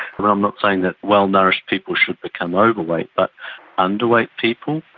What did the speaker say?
and i'm not saying that well-nourished people should become overweight, but underweight people,